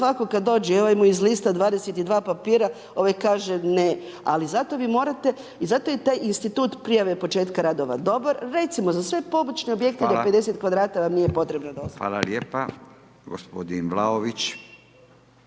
svatko kad dođe i ovaj mu izlista 22 papira ovaj kaže ne. Ali zato vi morate i zato je taj institut prijave početka radova dobar, recimo za sve pomoćne objekte do 50 kvadrata nam nije potrebna dozvola. **Radin, Furio